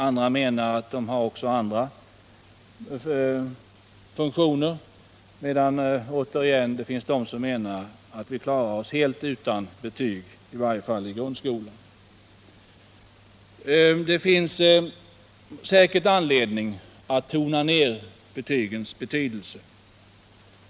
Andra menar att de har också andra funktioner, medan det återigen finns de som anser att vi klarar oss helt utan betyg, i varje fall i grundskolan. Det finns säkert anledning att tona ner betygens betydelse.